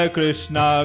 Krishna